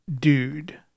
dude